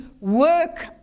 work